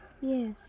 Yes